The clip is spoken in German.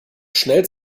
schnell